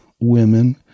women